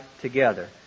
together